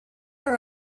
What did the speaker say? her